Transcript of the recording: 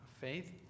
faith